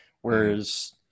whereas